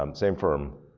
um same firm,